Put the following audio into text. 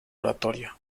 oratoria